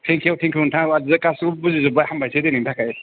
thank you thank you नोंथां जों गासैबो बुजिजोब्बाय हामबायसै दिनैनि थाखाय